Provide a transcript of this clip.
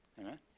Amen